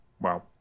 wow